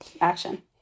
Action